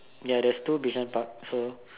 yes there's two be sign part so